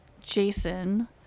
Jason